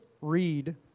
read